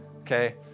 okay